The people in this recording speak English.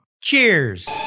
Cheers